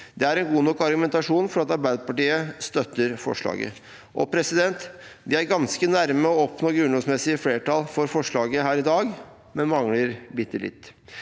Det er en god nok argumentasjon for at Arbeiderpartiet støtter forslaget. Vi er ganske nærme å oppnå grunnlovsmessig flertall for forslaget her i dag, men det mangler bitte litt.